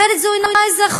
אחרת זו אינה אזרחות,